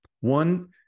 One